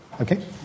Okay